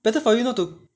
better for you not to